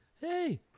Hey